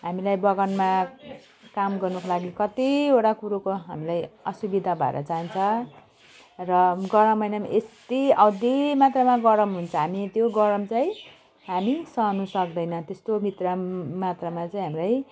हामीलाई बगानमा काम गर्नुको लागि कतिवटा कुरोको हामीलाई असुविधा भएर जान्छ र गरम महिनामा यति औधी मात्रामा गरम हुन्छ हामी चाहिँ गरम चाहिँ हामी सहनु सक्दैन तेस्तो भित्र मात्रामा चैँ हामीलाई